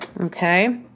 okay